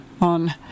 on